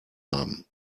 haben